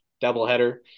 doubleheader